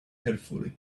carefully